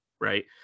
right